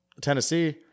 Tennessee